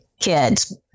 kids